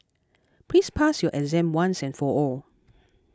please pass your exam once and for all